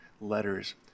letters